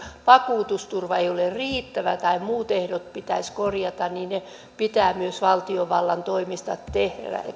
vakuutusturva ei ole riittävä tai muut ehdot pitäisi korjata niin ne pitää myös valtiovallan toimesta tehdä